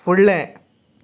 फुडलें